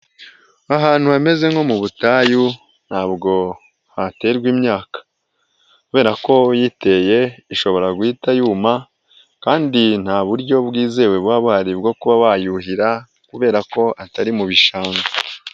Ahantu hameze nko mu butayu ntabwo haterwa imyaka, kubera ko uyiteye ishobora guhita yuma kandi nta buryo bwizewe buba buhari bwo kuba wayuhira kubera ko atari mu bishanga.